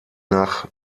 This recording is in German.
nach